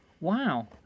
wow